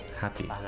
happy